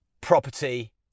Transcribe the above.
property